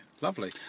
lovely